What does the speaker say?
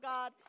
God